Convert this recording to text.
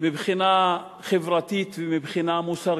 מבחינה חברתית ומבחינה מוסרית,